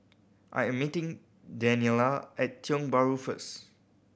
I am meeting Daniela at Tiong Bahru first